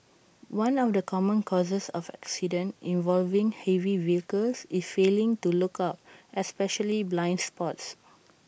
one of the common causes of accidents involving heavy vehicles is failing to look out especially blind spots